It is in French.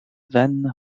van